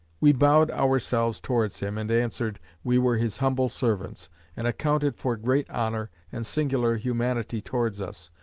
we bowed ourselves towards him, and answered, we were his humble servants and accounted for great honour, and singular humanity towards us,